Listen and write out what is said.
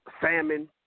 salmon